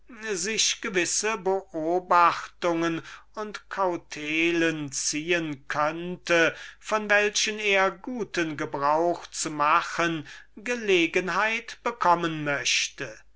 sich gewisse beobachtungen und kautelen ziehen könnte von denen er vielleicht einen guten gebrauch zu machen gelegenheit bekommen möchte